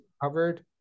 covered